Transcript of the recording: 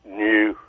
new